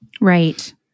Right